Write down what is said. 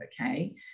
Okay